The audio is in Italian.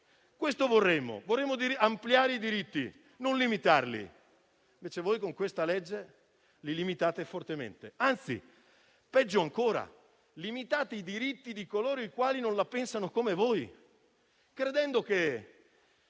Questo vorremmo. Vorremmo ampliare i diritti, non limitarli. Invece voi, con questa legge, li limitate fortemente. Anzi, peggio ancora: limitate i diritti di coloro i quali non la pensano come voi, credendo che